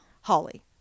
Holly